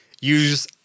use